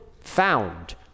found